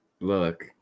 Look